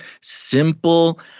simple